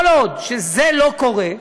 כל עוד זה לא קורה,